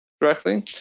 directly